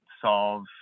solve